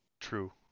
True